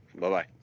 Bye-bye